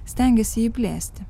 stengiasi jį plėsti